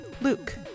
Luke